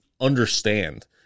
understand